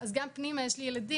וגם פנימה, יש לי ילדים.